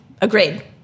Agreed